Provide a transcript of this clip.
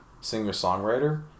singer-songwriter